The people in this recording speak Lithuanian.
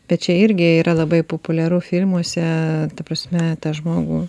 bet čia irgi yra labai populiaru filmuose ta prasme tą žmogų